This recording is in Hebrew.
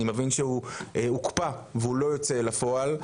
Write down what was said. אבל אני מבין שהוא הוקפא והוא לא יוצא אל הפועל.